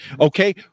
Okay